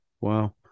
wow